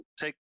take